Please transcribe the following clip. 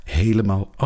helemaal